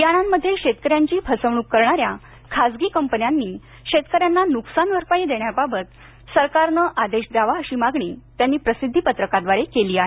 बीयाणांमध्ये शेतक यांची फसवणूक करणा या खासगी कंपन्यांनी शेतकऱ्यांना नुकसान भरपाई देण्याबाबत सरकारने आदेश द्यावा अशी मागणी त्यांनी प्रसिद्धी पत्रकाद्वारे केली आहे